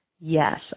Yes